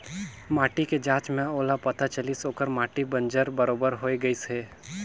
माटी के जांच में ओला पता चलिस ओखर माटी बंजर बरोबर होए गईस हे